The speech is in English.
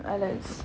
I lyies